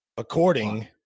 According